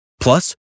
Plus